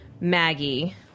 Maggie